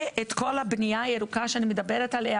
ואת כל הבנייה הירוקה שאני מדברת עליה,